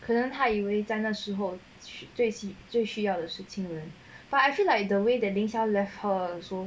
可能他以为那时候最喜最需要的是亲人 but I feel like the way than 零下 left her also